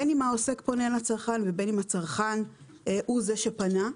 בין אם העוסק פונה לצרכן ובין אם הצרכן הוא זה שפנה,